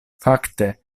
fakte